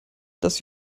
dass